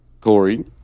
Corey